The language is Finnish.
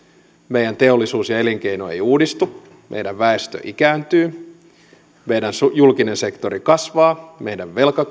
meidän teollisuus ja elinkeino eivät uudistu meidän väestö ikääntyy meidän julkinen sektori kasvaa meidän velka